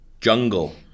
Jungle